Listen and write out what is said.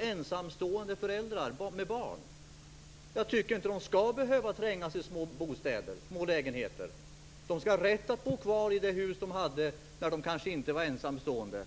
ensamstående föräldrar har drabbats. Jag tycker inte att de skall behöva trängas i små lägenheter. De skall ha rätt att bo kvar i det hus som de hade innan de blev ensamstående.